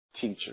teacher